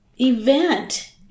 event